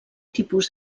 tipus